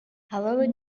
however